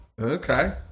Okay